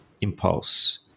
impulse